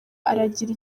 aragira